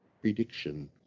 prediction